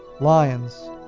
Lions